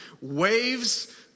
waves